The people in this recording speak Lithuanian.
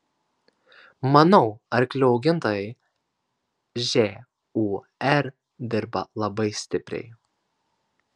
manau arklių augintojai žūr dirba labai stipriai